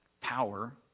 power